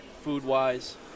food-wise